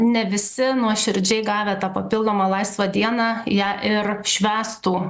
ne visi nuoširdžiai gavę tą papildomą laisvą dieną ją ir švęstų